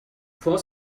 for